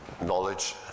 knowledge